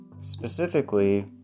specifically